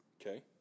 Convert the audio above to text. Okay